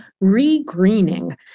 re-greening